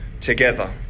together